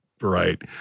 right